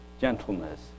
gentleness